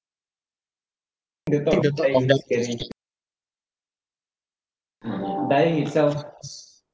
the thought of it is scary dying itself